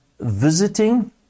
visiting